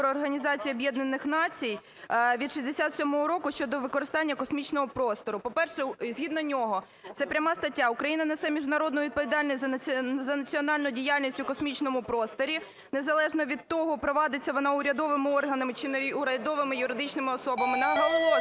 Організації Об'єднаних Націй від 67-го року щодо використання космічного простору. По-перше, згідно нього (це пряма стаття): "Україна несе міжнародну відповідальність за національну діяльність у космічному просторі, незалежно від того провадиться вона урядовими органами чи неурядовими, юридичними особами". Наголошую,